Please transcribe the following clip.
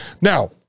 Now